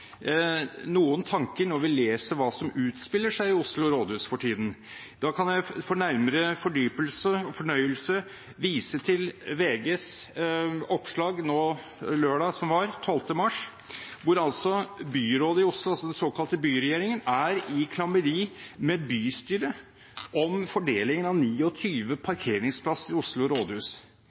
noen tanker når vi leser hva som utspiller seg i Oslo rådhus for tiden. Jeg kan for nærmere fordypelse og fornøyelse vise til VGs oppslag lørdag som var, 12. mars, om at byrådet i Oslo – den såkalte byregjeringen – er i klammeri med bystyret om fordelingen av 29 parkeringsplasser i Oslo rådhus.